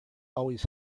always